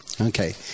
Okay